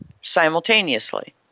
simultaneously